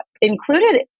included